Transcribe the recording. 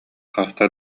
хаста